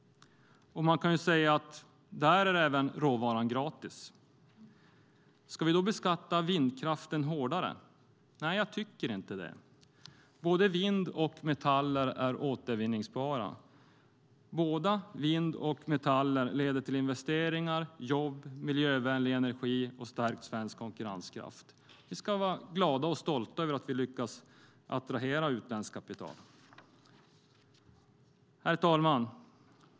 Man kan säga att även där är råvaran gratis. Ska vi då beskatta vindkraften hårdare? Nej, jag tycker inte det. Både vind och metaller är återvinningsbara. Både vind och metaller leder till investeringar, jobb, miljövänlig energi och stärkt svensk konkurrenskraft. Vi ska vara glada och stolta över att vi lyckas attrahera utländskt kapital. Herr talman!